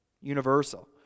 universal